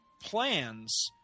plans